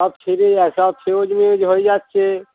সব ছিঁড়ে যাচ্ছে সব ফিউজ মিউজ হয়ে যাচ্ছে